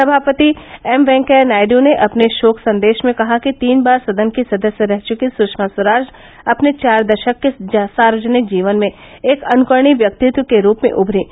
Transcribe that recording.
सभापति एम वेंकैया नायडू ने अपने शोक संदेश में कहा कि तीन बार सदन की सदस्य रह चकीं सषमा स्वराज अपने चार दशक के सार्वजनिक जीवन में एक अनुकरणीय व्यक्तित्व के रूप में उमरीं